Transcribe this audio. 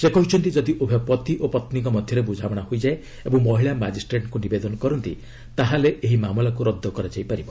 ସେ କହିଛନ୍ତି ଯଦି ଉଭୟ ପତି ଓ ପତ୍ନୀଙ୍କ ମଧ୍ୟରେ ବୁଝାମଣା ହୋଇଯାଏ ଏବଂ ମହିଳା ମାଜିଷ୍ଟ୍ରେଟ୍ଙ୍କୁ ନିବେଦନ କରନ୍ତି ତାହାହେଲେ ଏହି ମାମଲାକୁ ରଦ୍ଦ କରାଯାଇପାରିବ